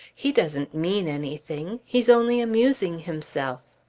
he doesn't mean anything. he's only amusing himself.